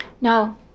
No